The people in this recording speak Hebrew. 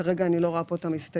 כרגע אני לא רואה פה את המסתייגים.